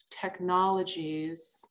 technologies